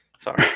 Sorry